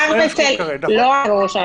אצל הרופא.